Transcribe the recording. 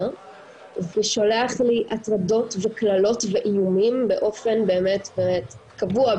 ושולח לי הטרדות וקללות ואיומים באופן באמת קבוע,